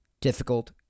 difficult